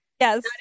Yes